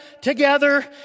together